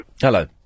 Hello